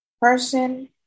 person